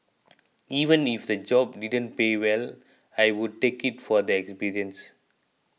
even if the job didn't pay well I would take it for the experience